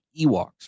Ewoks